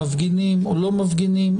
מפגינים או לא מפגינים.